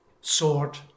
sword